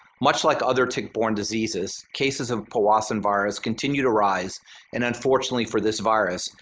much like other tick-borne diseases, cases of powassan virus continue to rise and unfortunately for this virus,